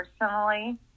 personally